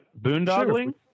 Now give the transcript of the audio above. Boondoggling